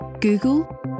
google